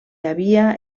havia